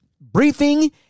briefing